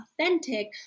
authentic